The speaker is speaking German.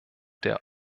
der